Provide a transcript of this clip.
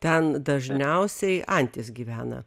ten dažniausiai antys gyvena